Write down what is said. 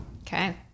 Okay